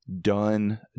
done